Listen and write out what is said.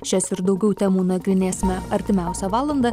šias ir daugiau temų nagrinėsime artimiausią valandą